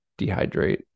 dehydrate